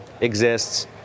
exists